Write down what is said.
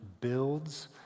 builds